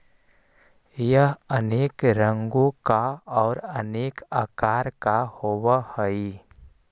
यह अनेक रंगों का और अनेक आकार का होव हई